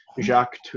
Jacques